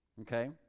Okay